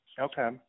Okay